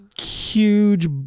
huge